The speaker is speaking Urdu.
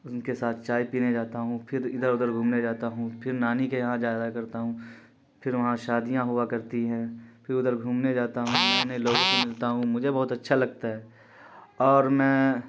ان کے ساتھ چائے پینے جاتا ہوں پھر ادھر ادھر گھومنے جاتا ہوں پھر نانی کے یہاں جایا کرتا ہوں پھر وہاں شادیاں ہوا کرتی ہیں پھر ادھر گھومنے جاتا ہوں نئے نئے لوگوں سے ملتا ہوں مجھے بہت اچھا لگتا ہے اور میں